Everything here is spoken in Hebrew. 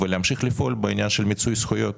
צריך להמשיך לפעול בנושא של מיצוי זכויות.